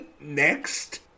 next